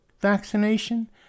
vaccination